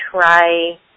try –